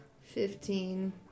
Fifteen